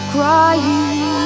Crying